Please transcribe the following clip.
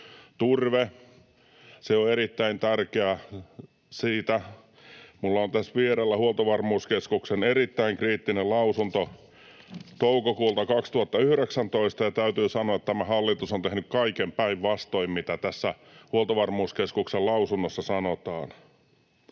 on erittäin tärkeä. Siitä minulla on tässä vierellä Huoltovarmuuskeskuksen erittäin kriittinen lausunto toukokuulta 2019, ja täytyy sanoa, että tämä hallitus on tehnyt kaiken päinvastoin kuin mitä tässä Huoltovarmuuskeskuksen lausunnossa sanotaan.